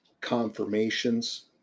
confirmations